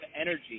energy